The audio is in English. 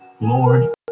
Lord